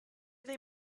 they